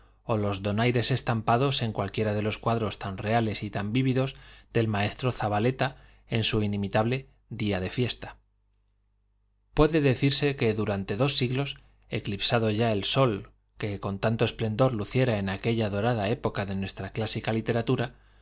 ó los donaires estampados en cualquiera de los cuadros tan reales y tan vividos del maestro zabainimitable leta en su día de fiesta puede decirse que durante dos siglos eclipsado ya el sol que con tanto esplendor luciera en áquella dorada de nuestra clásica literatura